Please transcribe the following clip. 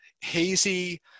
hazy